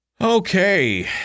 Okay